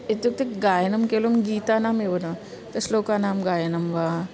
इत्युक्ते गायनं केवलं गीतानामेव न तु श्लोकानां गायनं वा